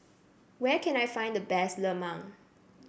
where can I find the best Lemang